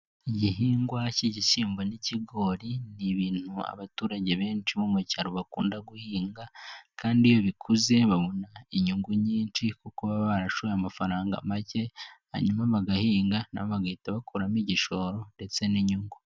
Igihingwa cy'igishyimbo n'ikigori ni ibintu abaturage benshi bo mu cyaro bakunda guhinga, kandi iyo bikuze babona inyungu nyinshi kuko baba barashoye amafaranga make, hanyuma bagahinga nabo bagahita bakuramo igishoro ndetse n'inyungu.